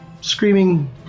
screaming